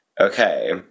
Okay